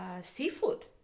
seafood